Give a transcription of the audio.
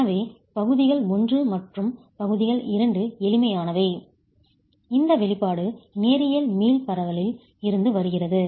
எனவே பகுதிகள் 1 மற்றும் பகுதிகள் 2 எளிமையானவை இந்த வெளிப்பாடு நேரியல் மீள் பரவலில் இருந்து வருகிறது